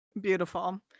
Beautiful